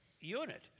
unit